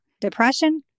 Depression